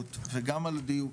המהירות וגם על הדיוק.